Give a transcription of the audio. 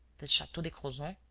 the chateau de crozon.